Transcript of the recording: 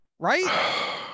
right